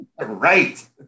Right